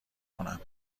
کنم